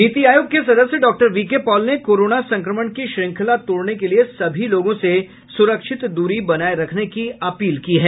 नीति आयोग के सदस्य डॉ वीके पॉल ने कोरोना संक्रमण की श्रृंखला तोड़ने के लिए सभी लोगों से सुरक्षित दूरी बनाए रखने की अपील की है